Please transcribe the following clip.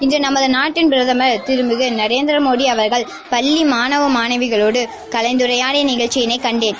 இன்றட நமது நாட்டின் பிரதமர் கிருமிகு நரேந்திரமோடி அவர்கள் பள்ளி மாணவர்களோடு கலந்துரையாடிய நிகழ்ச்சியிளை கண்டேன்